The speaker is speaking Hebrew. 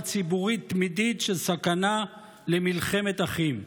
ציבורית תמידית של סכנה של מלחמת אחים.